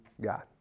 God